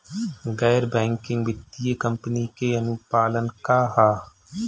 गैर बैंकिंग वित्तीय कंपनी के अनुपालन का ह?